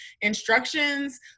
instructions